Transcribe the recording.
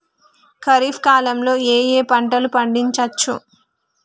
ఖరీఫ్ కాలంలో ఏ ఏ పంటలు పండించచ్చు?